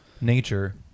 nature